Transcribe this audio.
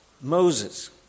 Moses